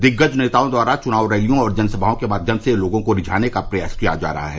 दिग्गज नेताओं द्वारा चुनावी रैलियों और जनसभाओं के माध्यम से लोगों को रिझाने का प्रयास किया जा रहा है